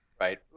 right